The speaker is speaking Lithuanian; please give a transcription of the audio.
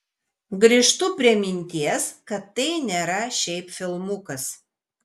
grįžtu prie minties kad tai nėra šiaip filmukas